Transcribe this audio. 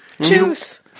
juice